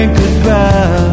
goodbye